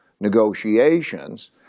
negotiations